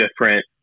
different